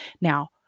now